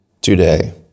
today